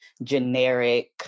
generic